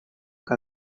que